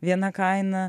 viena kaina